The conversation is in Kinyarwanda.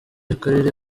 akarere